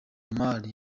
omar